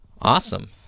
Awesome